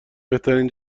بهترین